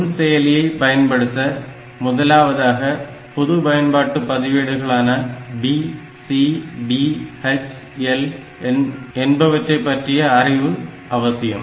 நுண் செயலியை பயன்படுத்த முதலாவதாக பொது பயன்பாட்டு பதிவேடுகளான B C D H L என்பவற்றைப் பற்றிய அறிவு அவசியம்